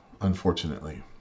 unfortunately